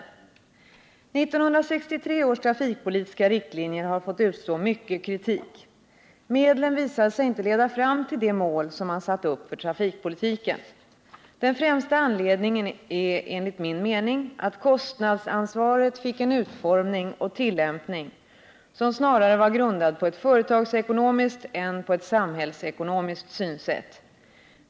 1963 års trafikpolitiska riktlinjer har fått utstå mycket kritik. Medlen visade sig inte leda fram till det mål som man satt upp för trafikpolitiken. Den främsta anledningen är enligt min mening att kostnadsansvaret fick en utformning och tillämpning som snarare var grundad på ett företagsekonomiskt än på ett samhällsekonomiskt synsätt.